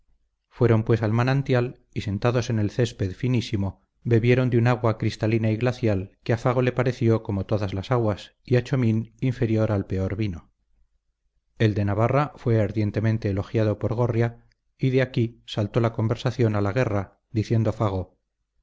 fueron pues al manantial y sentados en el césped finísimo bebieron de un agua cristalina y glacial que a fago le pareció como todas las aguas y a chomín inferior al peor vino el de navarra fue ardientemente elogiado por gorria y de aquí saltó la conversación a la guerra diciendo fago